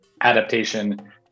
adaptation